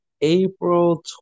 April